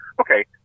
okay